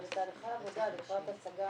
זה בתהליכי עבודה לקראת הצגה